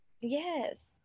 yes